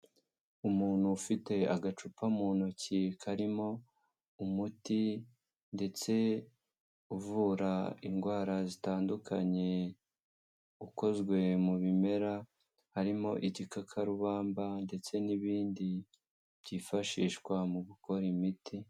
Umuntu ufite agacupa mu ntoki karimo umuti ndetse uvura indwara zitandukanye, ukozwe mu bimera harimo igikakarubamba ndetse n'ibindi byifashishwa mu gukora imiti.